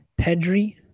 Pedri